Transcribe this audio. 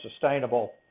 sustainable